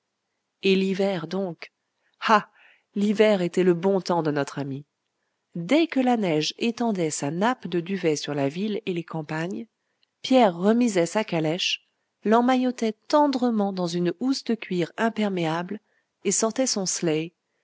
et l'hiver donc ah l'hiver était le bon temps de notre ami dès que la neige étendait sa nappe de duvet sur la ville et les campagnes pierre remisait sa calèche l'emmaillotait tendrement dans une housse de cuir imperméable et sortait son sleigh